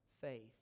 faith